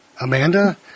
Amanda